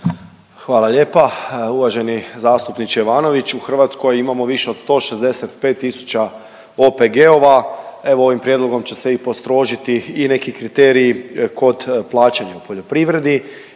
Hvala lijepa. Uvaženi zastupniče Ivanoviću, u Hrvatskoj imamo više od 165 tisuća OPG-ova, evo ovim prijedlogom će se i postrožiti i neki kriteriji kod plaćanja u poljoprivredi